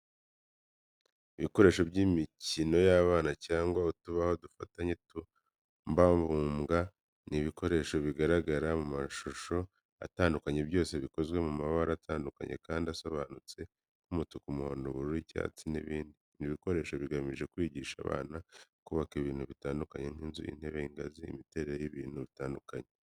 Ibikoresho by’imikino y’abana cyangwa utubaho dufatanye tubumbabumbwa. Ni ibikoresho bigaragara mu mashusho ane atandukanye byose bikozwe mu mabara atandukanye kandi asobanutse nk’umutuku, umuhondo, ubururu, icyatsi, n’ibindi. Ibi bikoresho bigamije kwigisha abana kubaka ibintu bitandukanye nk’inzu, intebe, ingazi, n’imiterere y'ibintu bitandukanye.